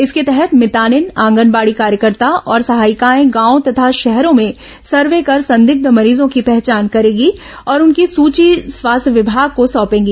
इसके तहत मितानिन आंगनबाड़ी कार्यकर्ता और सहायिकाए गांवों तथा शहरों में सर्वे कर संदिग्ध मरीजों की पहचान करेंगी और उनकी सूची स्वास्थ्य विभाग को सौंपेगी